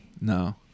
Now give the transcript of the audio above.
No